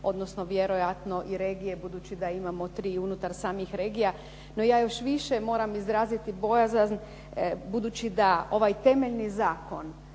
odnosno vjerojatno i regije budući da imamo tri i unutar samih regija. No ja još više moram izraziti bojazan budući da ovaj temeljni zakon,